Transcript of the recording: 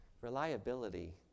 Reliability